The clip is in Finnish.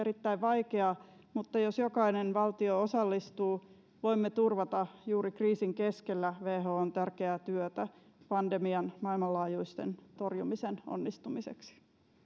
erittäin vaikeaa mutta jos jokainen valtio osallistuu voimme turvata juuri kriisin keskellä whon tärkeää työtä pandemian maailmanlaajuisen torjumisen onnistumiseksi